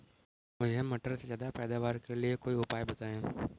मुझे मटर के ज्यादा पैदावार के लिए कोई उपाय बताए?